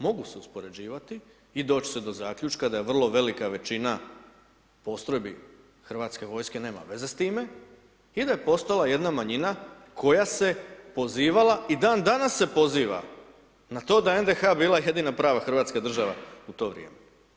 Mogu se uspoređivati i doć se do zaključka da je vrlo velika većina postrojbi HV-e nema veze s time i da je postojala jedna manjina koja se pozivala i dan danas se poziva na to je NDH bila jedina prava hrvatska država u to vrijeme.